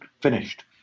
finished